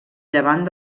llevant